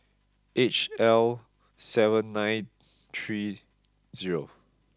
H L seven nine three zero